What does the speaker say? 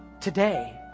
today